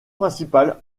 principal